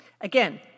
Again